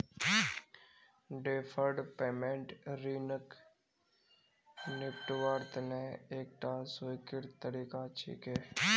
deferred payment ऋणक निपटव्वार तने एकता स्वीकृत तरीका छिके